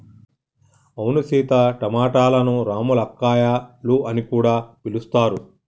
అవును సీత టమాటలను రామ్ములక్కాయాలు అని కూడా పిలుస్తారు